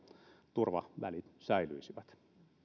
turvavälit säilyisivät